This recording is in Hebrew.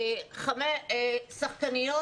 השחקניות